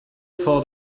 for